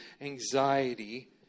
anxiety